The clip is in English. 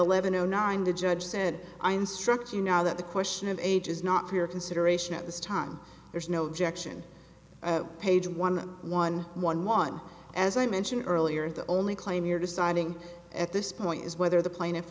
eleven o nine the judge said i'm struck you know that the question of age is not fair consideration at this time there's no objection page one one one one as i mentioned earlier the only claim you're deciding at this point is whether the pla